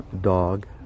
dog